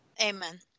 Amen